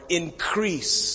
increase